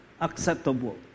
acceptable